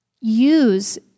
Use